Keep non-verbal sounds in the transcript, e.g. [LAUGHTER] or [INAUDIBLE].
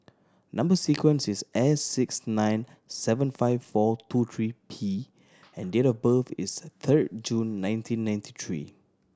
number sequence is S six nine seven five four two three P [NOISE] and date of birth is thord June nineteen ninety three